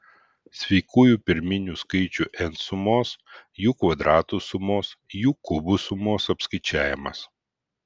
sveikųjų pirminių skaičių n sumos jų kvadratų sumos jų kubų sumos apskaičiavimas